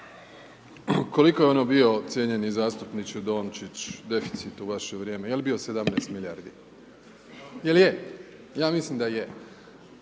Koliko je ono bio cijenjeni zastupniče Dončić deficit u vaše vrijeme, je li bio 17 milijardi? Je li je? Ja mislim da je